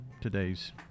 today's